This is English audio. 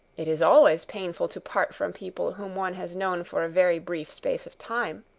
it is always painful to part from people whom one has known for a very brief space of time.